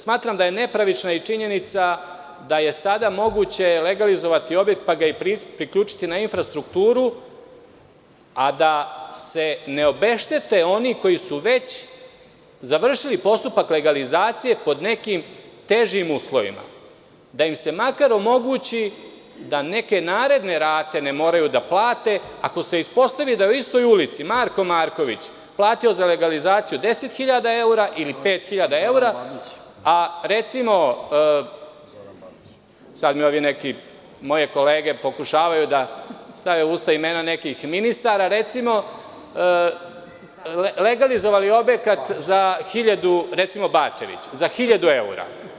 Smatram da je nepravična i činjenica da je sada moguće legalizovati objekat pa ga priključiti na infrastrukturu, a da se ne obeštete oni koji su već završili postupak legalizacije pod nekim težim uslovima, da im se makar omogući da neke naredne rate ne moraju da plate, ako se ispostavi da u istoj ulici Marko Marković je platio za legalizaciju 10.000 eura ili 5.000 eura, a recimo, sad moje kolege pokušavaju da mi stave u usta imena nekih ministara, recimo Bačević, legalizovali objekat za 1.000 eura.